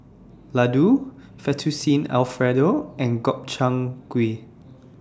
Ladoo Fettuccine Alfredo and Gobchang Gui